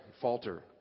falter